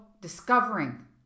discovering